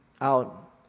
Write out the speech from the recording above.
out